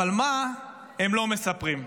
אבל מה הם לא מספרים?